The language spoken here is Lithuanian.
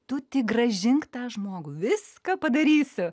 tu tik grąžink tą žmogų viską padarysiu